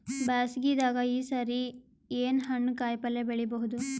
ಬ್ಯಾಸಗಿ ದಾಗ ಈ ಸರಿ ಏನ್ ಹಣ್ಣು, ಕಾಯಿ ಪಲ್ಯ ಬೆಳಿ ಬಹುದ?